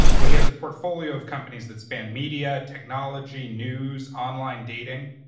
where he has a portfolio of companies that span media, technology, news, online dating.